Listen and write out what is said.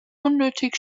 unnötig